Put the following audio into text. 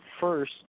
first